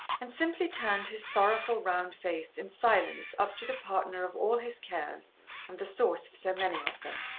and simply turned his sorrowful round face in silence up to the partner of all his cares and the source of so many of them.